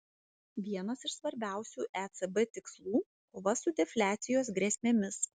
vienas iš svarbiausių ecb tikslų kova su defliacijos grėsmėmis